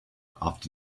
after